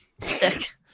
Sick